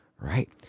right